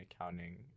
accounting